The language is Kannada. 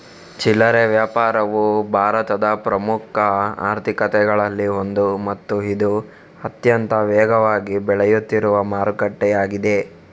ಚಿಲ್ಲರೆ ವ್ಯಾಪಾರವು ಭಾರತದ ಪ್ರಮುಖ ಆರ್ಥಿಕತೆಗಳಲ್ಲಿ ಒಂದು ಮತ್ತು ಇದು ಅತ್ಯಂತ ವೇಗವಾಗಿ ಬೆಳೆಯುತ್ತಿರುವ ಮಾರುಕಟ್ಟೆಯಾಗಿದೆ